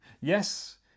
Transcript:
Yes